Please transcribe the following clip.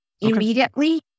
immediately